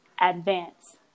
advance